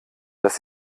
dass